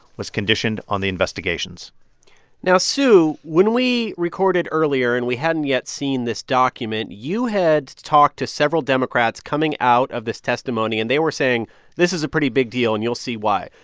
was conditioned on the investigations now, sue, when we recorded earlier and we hadn't yet seen this document, you had talked to several democrats coming out of this testimony. and they were saying this is a pretty big deal, and you'll see why.